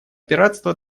пиратства